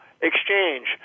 exchange